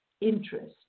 interest